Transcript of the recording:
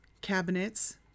cabinets